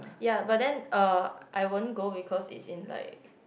ya but then uh I won't go because it's in like